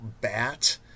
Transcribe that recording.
bat